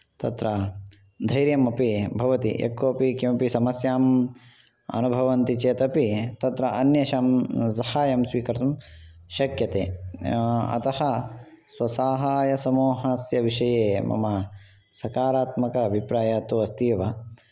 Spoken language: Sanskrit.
तत्र धैर्यमपि भवति यः कोऽपि किमपि समस्यां अनुभवन्ति चेत् अपि तत्र अन्येषां सहायं स्वीकर्तुं शक्यते अतः स्वसहायसमूहस्य विषये मम सकारत्मकाभिप्रायः तु अस्ति एव